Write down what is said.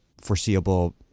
foreseeable